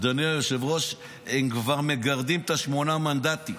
אדוני היושב-ראש, הם כבר מגרדים את השמונה מנדטים,